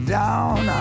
down